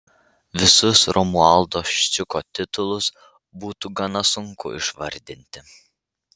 visus romualdo ščiucko titulus būtų gana sunku išvardinti